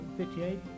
58